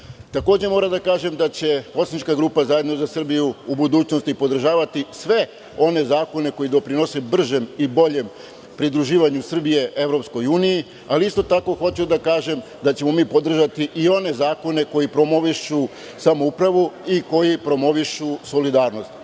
EU.Takođe moram da kažem da će poslanička grupa ZZS u budućnosti podržavati sve one zakone koji doprinose bržem i boljem pridruživanju Srbije EU, ali isto tako hoću da kažem da ćemo podržati i one zakone koji promovišu samoupravu i koji promovišu solidarnost.